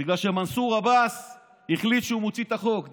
בגלל שמנסור עבאס החליט שהוא מוציא את החוק.